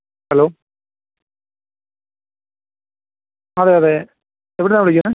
hello അതേ അതേ എവിടുന്നാണ് വിളിക്കുന്നത്